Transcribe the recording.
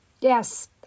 Yes